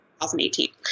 2018